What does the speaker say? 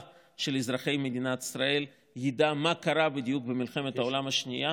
של אזרחי מדינת ישראל ידע מה בדיוק קרה במלחמת העולם השנייה.